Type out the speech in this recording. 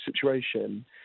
situation